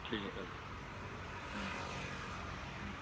ঠিক আছে হুম হুম